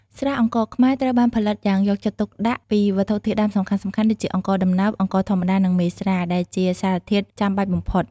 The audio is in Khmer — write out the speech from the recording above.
ស្រាអង្ករខ្មែរ ត្រូវបានផលិតយ៉ាងយកចិត្តទុកដាក់ពីវត្ថុធាតុដើមសំខាន់ៗដូចជា អង្ករដំណើប អង្ករធម្មតា និង មេស្រា ដែលជាសមាសធាតុចាំបាច់បំផុត។